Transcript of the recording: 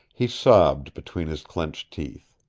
he sobbed between his clenched teeth.